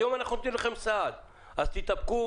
היום אנחנו נותנים לכם סעד אז תתאפקו.